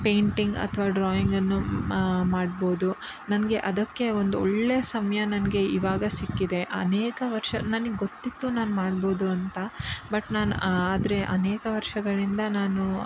painting ಅಥವಾ ಡ್ರಾಯಿಂಗನ್ನು ಮಾಡ್ಬೋದು ನನಗೆ ಅದಕ್ಕೆ ಒಂದು ಒಳ್ಳೆಯ ಸಮಯ ನನಗೆ ಇವಾಗ ಸಿಕ್ಕಿದೆ ಅನೇಕ ವರ್ಷ ನನಗೆ ಗೊತ್ತಿತ್ತು ನಾನು ಮಾಡ್ಬೋದು ಅಂತ ಬಟ್ ನಾನು ಆದರೆ ಅನೇಕ ವರ್ಷಗಳಿಂದ ನಾನು